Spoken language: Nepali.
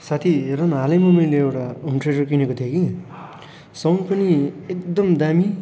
साथी हेर न हालैमा मैले एउटा होम थेटर किनेको थिएँ कि साउन्ड पनि एकदम दामी